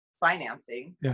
financing